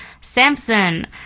Samson